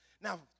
Now